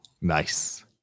Nice